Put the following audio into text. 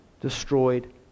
destroyed